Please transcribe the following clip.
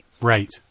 Right